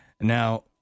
Now